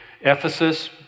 Ephesus